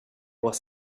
was